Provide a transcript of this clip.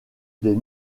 des